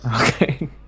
Okay